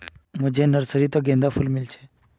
मुझे नर्सरी त गेंदार फूल मिल छे